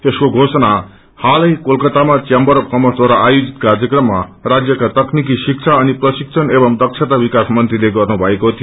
यसको घोषणा हालै कोलकातामा च्याम्वर अफ कर्मसद्वारा आयोजित कार्यक्रममा राजयका तकनीकि शिक्षा अनि प्रशिक्षण एवं दक्षता विकास मंत्रीले गर्नुभएको थियो